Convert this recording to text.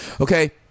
Okay